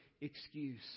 excuse